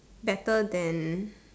better than